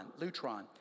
lutron